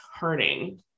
hurting